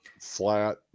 Flat